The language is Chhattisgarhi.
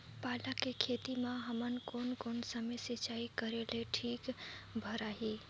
पाला के खेती मां हमन कोन कोन समय सिंचाई करेले ठीक भराही?